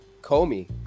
Comey